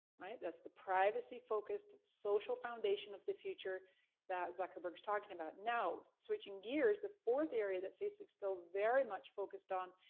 right? that's the privacy-focused social foundation of the future that zuckerberg is talking about. now, switching gears, the fourth area that facebook's still very much focused on,